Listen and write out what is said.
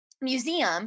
museum